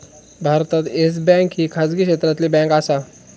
भारतात Yes Bank ही खाजगी क्षेत्रातली बँक आसा